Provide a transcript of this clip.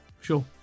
Sure